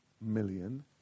million